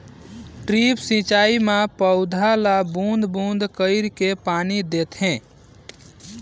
drip सिंचई मे पउधा ल बूंद बूंद कईर के पानी देथे